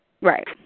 Right